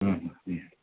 हं हं हं